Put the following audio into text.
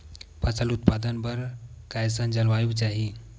फसल उत्पादन बर कैसन जलवायु चाही?